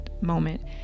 moment